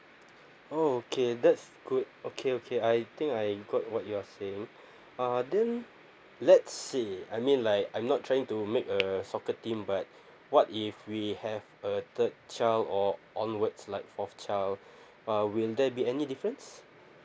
oh okay that's good okay okay I think I got what you're saying uh then let's say I mean like I'm not trying to make a soccer team but what if we have a third child or onwards like fourth child uh will there be any difference